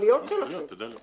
המכליות שלכם.